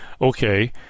okay